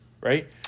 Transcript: right